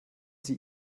sie